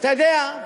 אתה יודע,